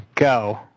Go